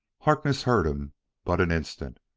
harkness heard him but an instant,